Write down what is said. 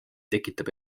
tekitab